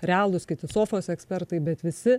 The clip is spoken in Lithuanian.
realūs kiti sofos ekspertai bet visi